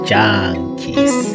Junkies